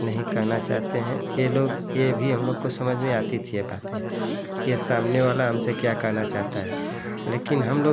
नहीं कहना चाहते हैं ये लोग ये भी हम लोग को समझ में आती थी यह बातें के सामने वाला हमसे क्या कहना चाहता है लेकिन हम लोग